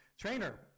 trainer